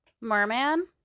Merman